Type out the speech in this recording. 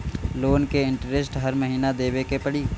Loan के interest हर महीना देवे के पड़ी?